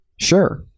Sure